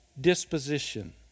disposition